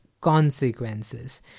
consequences